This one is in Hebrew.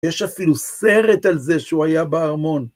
יש אפילו סרט על זה שהוא היה בארמון.